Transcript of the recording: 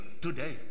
today